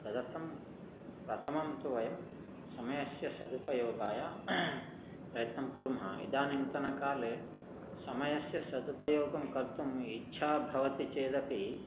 तदर्थं प्रथमं तु वयं समयस्य सदुपयोगाय प्रयत्नं कुर्मः इदानीन्तनकाले समयस्य सदुपयोगं कर्तुम् इच्छा भवति चेदपि